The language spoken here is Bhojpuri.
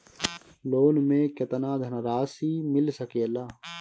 लोन मे केतना धनराशी मिल सकेला?